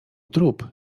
trup